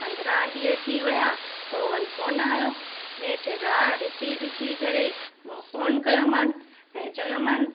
पंद्राहं ॾींहुं थी विया ओवन कोन आहियो नेठि राह ॾिसी ॾिसी करे मां फोन कयोमांव ऐं चयोमांव